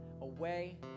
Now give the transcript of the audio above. away